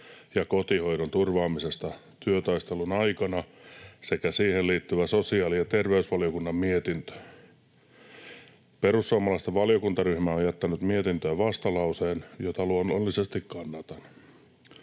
ja kotihoidon turvaamisesta työtaistelun aikana sekä siihen liittyvä sosiaali- ja terveysvaliokunnan mietintö. Perussuomalaisten valiokuntaryhmä on jättänyt mietintöön vastalauseen, jota luonnollisesti kannatan.